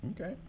okay